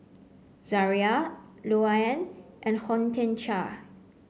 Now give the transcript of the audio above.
Zaria Louann and Hortencia